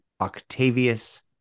Octavius